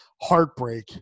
heartbreak